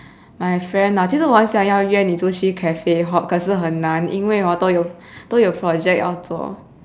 my friend ah 其实我很想要约你出去 cafe hop 可是很难因为 hor 都有都有 project 要做